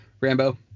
Rambo